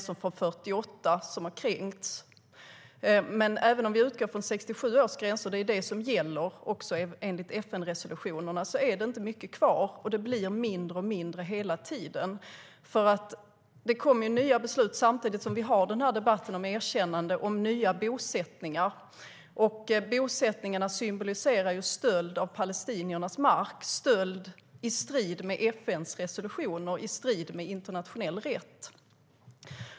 Men även om vi alltså utgår från 1967 års gränser - som är de som gäller enligt FN-resolutionerna - finns det inte mycket kvar, och det blir mindre och mindre hela tiden. Samtidigt som vi har den här debatten om ett erkännande kommer det nämligen nya beslut om bosättningar, och bosättningarna symboliserar stöld av palestiniernas mark. Det är stöld i strid med FN:s resolutioner och internationell rätt.